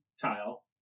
tile